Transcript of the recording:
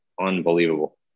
unbelievable